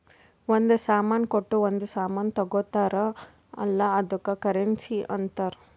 ಒಂದ್ ಸಾಮಾನ್ ಕೊಟ್ಟು ಒಂದ್ ಸಾಮಾನ್ ತಗೊತ್ತಾರ್ ಅಲ್ಲ ಅದ್ದುಕ್ ಕರೆನ್ಸಿ ಅಂತಾರ್